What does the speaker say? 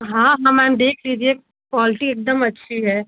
हाँ हाँ मैम देख लीजिए क्वालिटी एकदम अच्छी है